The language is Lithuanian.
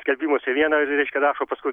skelbimuose viena reiškia rašo paskui